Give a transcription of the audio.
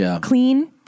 clean